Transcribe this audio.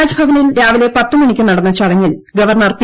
രാജ്ഭവനിൽ രാഷില്ല് ൂ് മണിക്ക് നടന്ന ചടങ്ങിൽ ഗവർണ്ണർ പി